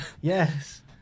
Yes